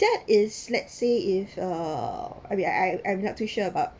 that is let's say if uh I I I'm not too sure about